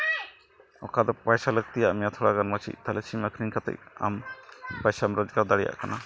ᱚᱠᱟᱫᱚ ᱯᱚᱭᱥᱟ ᱞᱟᱹᱠᱛᱤᱭᱟᱜ ᱢᱮᱭᱟ ᱛᱷᱚᱲᱟᱜᱟᱱ ᱛᱟᱦᱞᱮ ᱥᱤᱢ ᱟᱹᱠᱷᱨᱤᱧ ᱠᱟᱛᱮᱫ ᱟᱢ ᱯᱚᱭᱥᱟᱢ ᱨᱳᱡᱽᱜᱟᱨ ᱫᱟᱲᱮᱭᱟᱜ ᱠᱟᱱᱟ